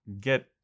get